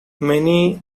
many